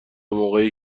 موقعی